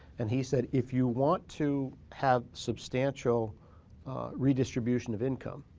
and he said if you want to have substantial redistribution of income,